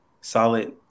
solid